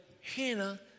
Hannah